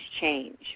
change